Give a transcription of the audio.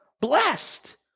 blessed